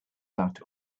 that